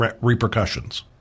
repercussions